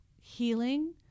healing